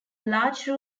large